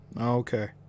Okay